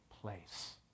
place